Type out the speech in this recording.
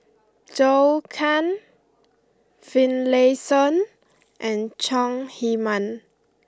Zhou Can Finlayson and Chong Heman